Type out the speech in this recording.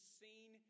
seen